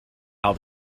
how